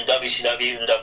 WCW